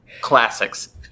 Classics